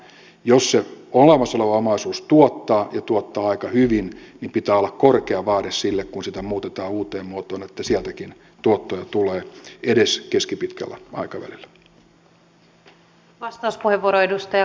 jos se olemassa oleva omaisuus tuottaa ja tuottaa aika hyvin niin pitää olla korkea vaade sille kun sitä muutetaan uuteen muotoon että sieltäkin tuottoja tulee edes keskipitkällä aikavälillä